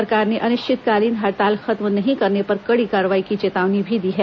सरकार ने अनिश्चितकालीन हड़ताल खत्म नहीं करने पर कड़ी कार्रवाई की चेतावनी भी दी है